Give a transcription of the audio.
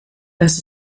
das